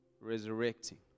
resurrecting